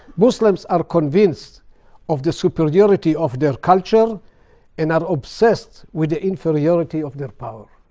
muslims are convinced of the superiority of their culture and are obsessed with the inferiority of their power.